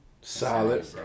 solid